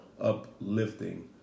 uplifting